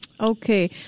Okay